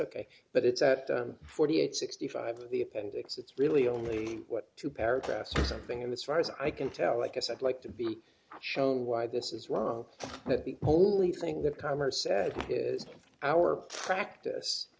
ok but it's at forty eight sixty five dollars the appendix it's really only what two paragraphs or something and it's far as i can tell i guess i'd like to be shown why this is wrong that the only thing that commerce said is our practice